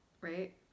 Right